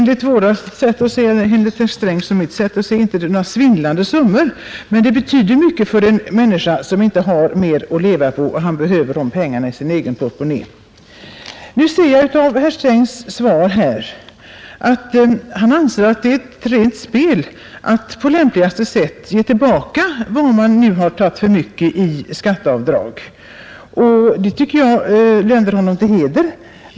Enligt kanske herr Strängs och även mitt sätt att se rör det sig inte om någon svindlande summa, men den betyder mycket för en människa som inte har större inkomst att leva på; han behöver de pengarna i sin egen portmonnä. Herr Strängs svar visar att han anser det vara rent spel att på lämpligaste sätt ge tillbaka vad man nu har tagit ut för mycket i skatteavdrag. Det tycker jag länder honom till heder.